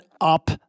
up